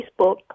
Facebook